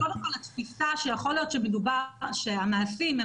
קודם כל התפיסה שיכול להיות שהמעשים הם